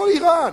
לא אירן.